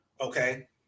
Okay